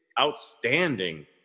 outstanding